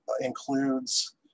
includes